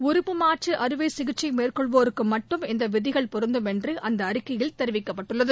உறுப்பு மாற்று அறுவை சிகிச்சை மேற்கொள்வோருக்கு மட்டும் இந்த விதிகள் பொருந்தும் என்று அந்த அறிக்கையில் தெரிவிக்கப்பட்டுள்ளது